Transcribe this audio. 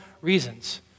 reasons